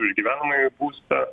už gyvenamąjį būstą